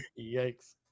Yikes